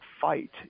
fight